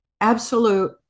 absolute